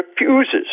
refuses